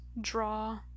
draw